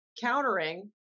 countering